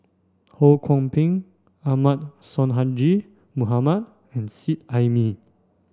Ho Kwon Ping Ahmad Sonhadji Mohamad and Seet Ai Mee